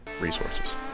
resources